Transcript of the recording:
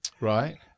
Right